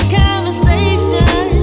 conversation